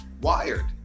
wired